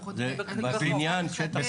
תשעה קבין של שיחה נטלו הגברים ואחד לקחה האישה.